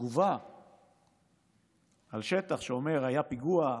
כתגובה על שטח שאומר: היה פיגוע,